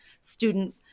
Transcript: student